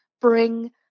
bring